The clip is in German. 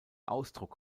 ausdruck